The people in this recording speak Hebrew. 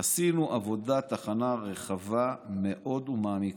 עשינו עבודת הכנה רחבה מאוד ומעמיקה,